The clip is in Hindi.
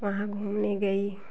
वहाँ घूमने गई